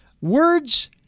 Words